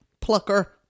plucker